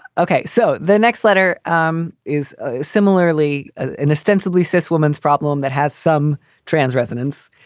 ok. so the next letter um is ah similarly and ostensibly cis woman's problem that has some trans resonance,